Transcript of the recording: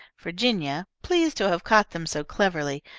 virginia, pleased to have caught them so cleverly,